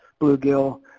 bluegill